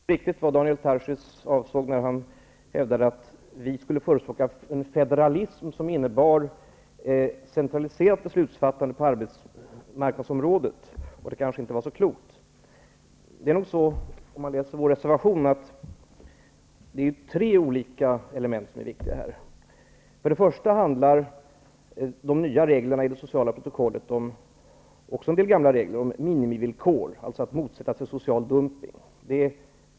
Herr talman! Jag förstår inte riktigt vad Daniel Tarschys avsåg när han hävdade att vi skulle förespråka en federalism som innebär ett centraliserat beslutsfattande på arbetsmarknadsområdet och att det kanske inte var så klokt. Om man läser vår reservation skall man finna att det är tre olika element som här är viktiga. För det första handlar de nya reglerna i det sociala protokollet, liksom även i det gamla, om minivillkor, dvs. att man motsätter sig social dumpning.